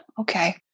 okay